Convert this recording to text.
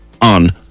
on